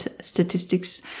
statistics